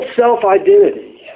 self-identity